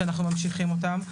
שאנחנו ממשיכים אותן.